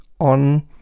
on